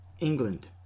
England